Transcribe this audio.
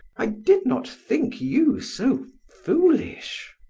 i did not think you so foolish.